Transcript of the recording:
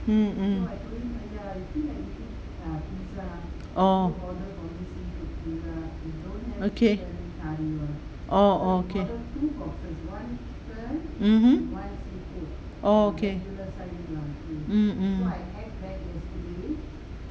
mm mm orh okay orh orh okay mm mm orh okay mm mm